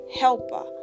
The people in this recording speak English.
helper